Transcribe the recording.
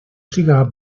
siga